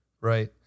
Right